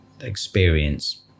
experience